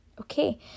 Okay